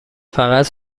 فقط